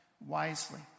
wisely